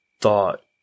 thought